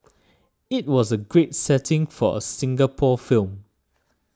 it was a great setting for a Singapore film